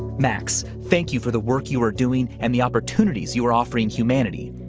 max, thank you for the work you are doing and the opportunities you are offering humanity.